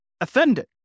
offended